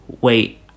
wait